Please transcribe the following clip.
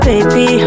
Baby